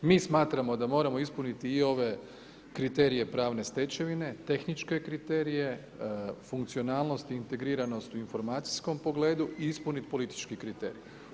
Mi smatramo da moramo ispuniti i ove kriterije pravne stečevine, tehničke kriterije, funkcionalnost i integriranost u informacijskom pogledu i ispunit politički kriterij.